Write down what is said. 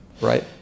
right